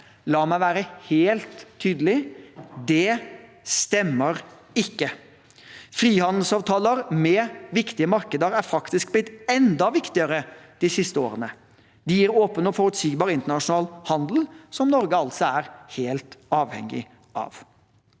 La meg være helt tydelig: Det stemmer ikke. Frihandelsavtaler med viktige markeder er faktisk blitt enda viktigere de siste årene. De gir en åpen og forutsigbar internasjonal handel, som Norge altså er helt avhengig av.